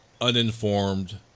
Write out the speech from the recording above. uninformed